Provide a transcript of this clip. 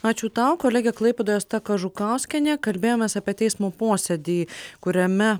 ačiū tau kolegė klaipėdoje asta kažukauskienė kalbėjomės apie teismo posėdį kuriame